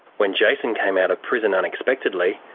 when jason came out of prison unexpectedly,